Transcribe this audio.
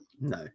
no